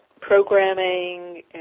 programming